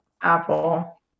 Apple